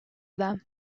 them